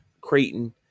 Creighton